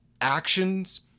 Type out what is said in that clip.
actions